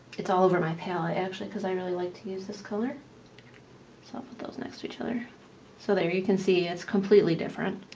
it's all over my palate actually because i really like to use this color so i'll put those next to each other so there you can see it's completely different